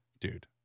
Dude